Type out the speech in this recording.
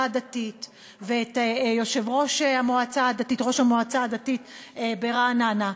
הדתית ואת ראש המועצה הדתית ברעננה,